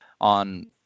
on